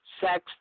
sex